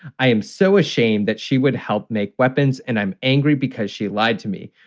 i am so ashamed that she would help make weapons. and i'm angry because she lied to me.